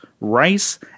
rice